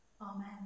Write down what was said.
Amen